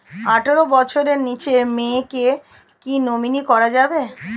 আঠারো বছরের নিচে মেয়েকে কী নমিনি করা যাবে?